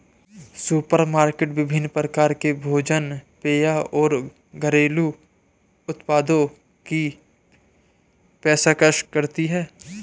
supermarket विभिन्न प्रकार के भोजन पेय और घरेलू उत्पादों की पेशकश करती है